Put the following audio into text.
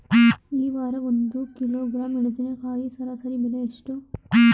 ಈ ವಾರ ಒಂದು ಕಿಲೋಗ್ರಾಂ ಮೆಣಸಿನಕಾಯಿಯ ಸರಾಸರಿ ಬೆಲೆ ಎಷ್ಟು?